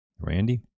Randy